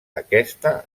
aquesta